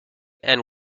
and